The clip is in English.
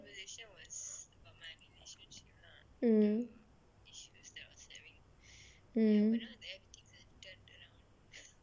mm mm